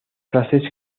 fases